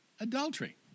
adultery